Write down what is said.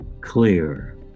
clear